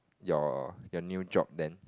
your your new job then